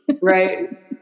Right